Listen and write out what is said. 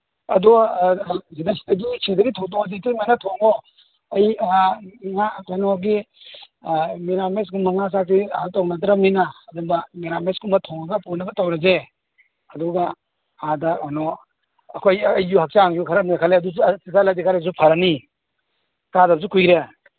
ꯑꯗꯣ ꯁꯤꯗꯒꯤ ꯊꯣꯡꯇꯣꯛꯑꯗꯤ ꯏꯇꯩꯃꯅ ꯊꯣꯡꯉꯣ ꯑꯩ ꯀꯩꯅꯣꯒꯒꯤ ꯃꯦꯔꯥꯃꯦꯁꯒꯨꯝꯕ ꯉꯥ ꯆꯥꯗꯦ ꯑꯥ ꯇꯧꯅꯗ꯭ꯔꯕꯅꯤꯅ ꯑꯗꯨꯝꯕ ꯃꯦꯔꯥꯃꯦꯁꯀꯨꯝꯕ ꯊꯣꯡꯉꯒ ꯄꯨꯅꯕ ꯇꯧꯔꯁꯦ ꯑꯗꯨꯒ ꯑꯥꯗ ꯀꯩꯅꯣ ꯑꯩꯁꯨ ꯍꯛꯆꯥꯡꯁꯨ ꯈꯔ ꯅꯣꯏꯈꯠꯂꯦ ꯆꯠꯗꯤ ꯈꯔꯁꯨ ꯐꯔꯅꯤ ꯀꯥꯗꯕꯁꯨ ꯀꯨꯏꯔꯦ